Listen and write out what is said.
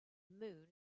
moon